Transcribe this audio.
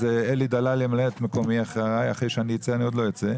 אז אלי דלל ימלא את מקומי אחרי שאני אצא.